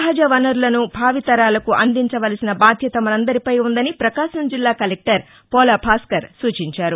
సహజ వనరులను భావి తరాలకు అందించవలసిన బాధ్యత మనందరిపై ఉందని పకాశం జిల్లా కలెక్టర్ పోలా భాస్కర్ సూచించారు